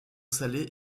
salée